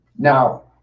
Now